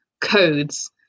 codes